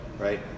right